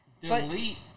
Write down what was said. Delete